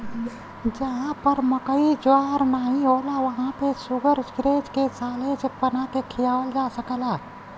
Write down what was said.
जहां पर मकई ज्वार नाहीं होला वहां पे शुगरग्रेज के साल्लेज बना के खियावल जा सकला